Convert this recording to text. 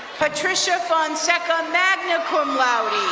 patricia fonseca, magna cum laude.